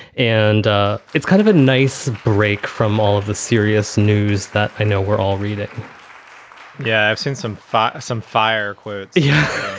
and it's kind of a nice break from all of the serious news that i know we're all reading yeah, i've seen some fight, some fire quotes. yeah